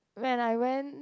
when I went